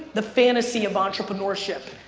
the fantasy of entrepreneurship.